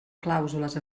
clàusules